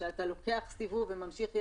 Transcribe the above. שאתה לוקח סיבוב וממשיך ישר,